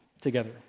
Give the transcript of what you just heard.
together